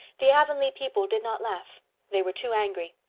the avonlea people did not laugh they were too angry.